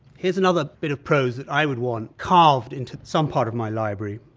here is another bit of prose that i would want carved into some part of my library,